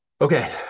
Okay